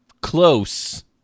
Close